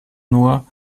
nur